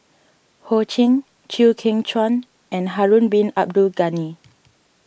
Ho Ching Chew Kheng Chuan and Harun Bin Abdul Ghani